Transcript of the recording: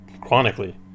chronically